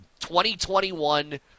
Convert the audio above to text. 2021